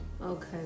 Okay